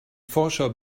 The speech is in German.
forscher